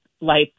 life